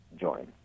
join